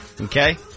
Okay